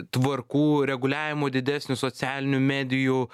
tvarkų reguliavimo didesnio socialinių medijų